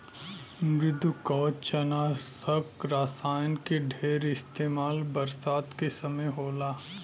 मृदुकवचनाशक रसायन के ढेर इस्तेमाल बरसात के समय होला